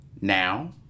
now